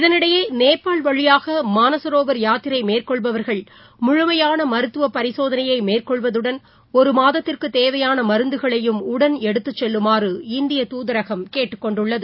இதனிடையே நேபாள் வழியாகமானசரோவர் யாத்திரைமேற்கொள்பவர்கள் முழுமையானமருத்துவப் பரிசோதனையைமேற்கொள்வதுடன் ஒருமாதத்திற்குதேவையானமருந்துகளையும் உடன் எடுத்துச்செல்லுமாறு இந்தியத் தூதரகம் கேட்டுக்கொண்டுள்ளது